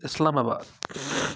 اِسلام آباد